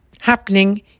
happening